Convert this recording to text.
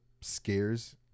scares